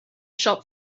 shop